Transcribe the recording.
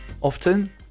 Often